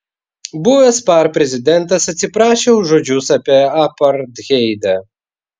buvęs par prezidentas atsiprašė už žodžius apie apartheidą